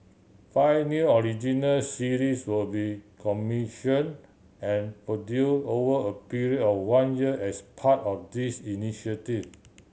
five new original series will be commission and produce over a period of one year as part of this initiative